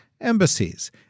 embassies